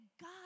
God